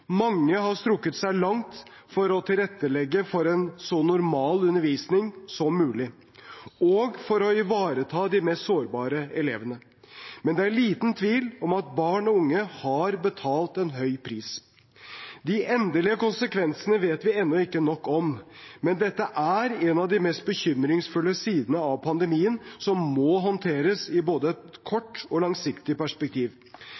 Mange har strukket seg langt for å tilrettelegge for en så normal undervisning som mulig, og for å ivareta de mest sårbare elevene. Men det er liten tvil om at barn og unge har betalt en høy pris. De endelige konsekvensene vet vi ennå ikke nok om, men dette er en av de mest bekymringsfulle sidene av pandemien, som må håndteres i både et